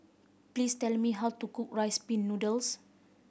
please tell me how to cook Rice Pin Noodles